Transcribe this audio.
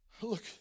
Look